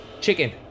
chicken